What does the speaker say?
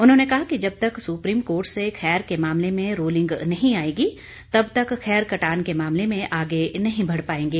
उन्होंने कहा कि जब तक सुप्रीम कोर्ट से खैर के मामले में रूलिंग नहीं आएगी तब तक खैर कटान के मामले में आगे नहीं बढ़ पाएंगे